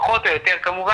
פחות או יותר כמובן,